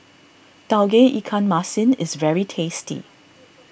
Tauge Ikan Masin is very tasty